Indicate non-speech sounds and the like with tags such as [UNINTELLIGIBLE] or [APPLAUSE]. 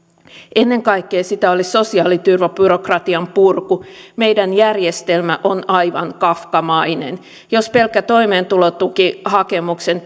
ennen kaikkea sitä olisi sosiaaliturvabyrokratian purku meidän järjestelmä on aivan kafkamainen jos pelkkä toimeentulotukihakemuksen [UNINTELLIGIBLE]